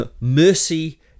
mercy